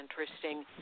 interesting